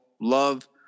love